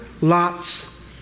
Lot's